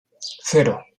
cero